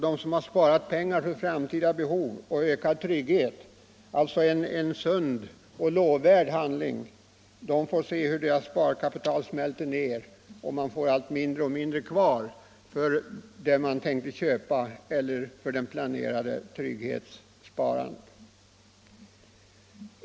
De som har sparat pengar för framtida behov och för ökad trygghet — ett sunt och lovvärt handlande —- får se hur deras sparkapital smälter ner och hur de får allt mindre kvar för det man tänkte köpa eller för den planerade tryggheten.